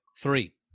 three